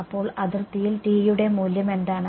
അപ്പോൾ അതിർത്തിയിൽ T യുടെ മൂല്യം എന്താണ്